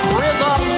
rhythm